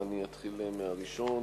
אני אתחיל בראשון: